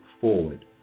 forward